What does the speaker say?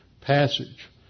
passage